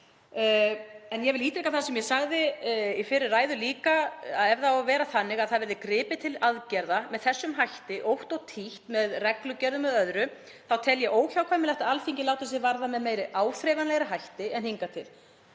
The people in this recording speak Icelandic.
En ég vil ítreka það sem ég sagði í fyrri ræðu líka: Ef það á að vera þannig að gripið verði til aðgerða með þessum hætti ótt og títt, með reglugerðum eða öðru, þá tel ég óhjákvæmilegt að Alþingi láti það sig varða með áþreifanlegri hætti en hingað til.